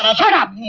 um shut up!